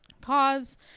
cause